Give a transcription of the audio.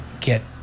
get